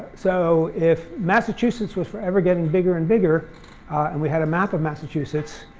so if massachusetts was forever getting bigger and bigger and we had a map of massachusetts,